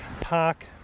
park